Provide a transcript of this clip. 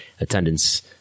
attendance